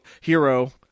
hero